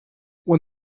when